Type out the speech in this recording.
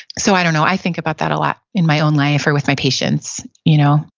so i don't know. i think about that a lot in my own life or with my patients, you know?